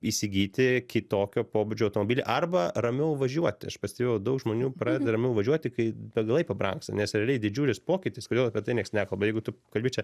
įsigyti kitokio pobūdžio automobilį arba ramiau važiuoti aš pastebėjau daug žmonių pradeda ramiau važiuoti kai degalai pabrangsta nes realiai didžiulis pokytis kodėl apie tai nieks nekalba jeigu tu kalbi čia